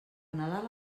nadal